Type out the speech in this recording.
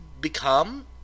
become